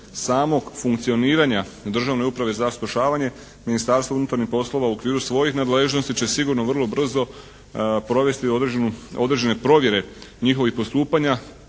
samog funkcioniranja Državne uprave za spašavanje Ministarstvo unutarnjih poslova u okviru svojih nadležnosti će sigurno vrlo brzo provesti određene provjere njihovih postupanja,